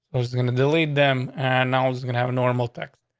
was was gonna delete them, and i was gonna have a normal text.